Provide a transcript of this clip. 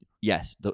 Yes